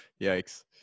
yikes